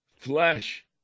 flesh